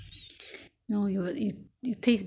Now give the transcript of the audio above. yes soya sauce 酱清